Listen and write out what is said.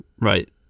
right